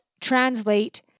translate